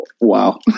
Wow